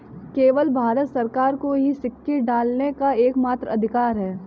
केवल भारत सरकार को ही सिक्के ढालने का एकमात्र अधिकार है